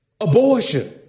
Abortion